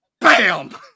bam